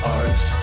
arts